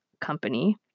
company